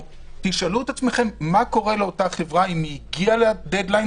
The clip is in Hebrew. תשאלו את עצמכם מה יקרה לאותה חברה אם היא הגיעה לאותו דד-ליין